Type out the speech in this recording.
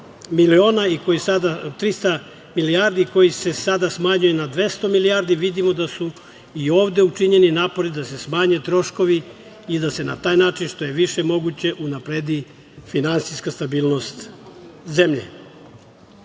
300 milijardi i koji se sada smanjuje na 200 milijardi, vidimo da su i ovde učinjeni napori da se smanje troškovi i da se na taj način što je više moguće unapredi finansijska stabilnost zemlje. Iako